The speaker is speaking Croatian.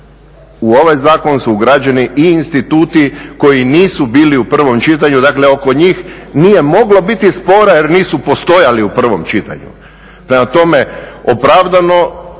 u ovaj zakon su ugrađeni i instituti koji nisu bili u prvom čitanju, dakle oko njih nije moglo biti spora jer nisu postojali u prvom čitanju.